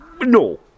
no